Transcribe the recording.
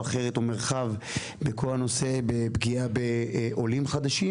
אחרת או מרחב בכל הנושא בפגיעה בעולים חדשים.